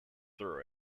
through